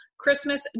Christmas